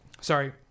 sorry